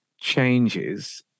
changes